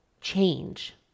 change